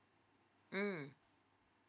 mm